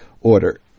order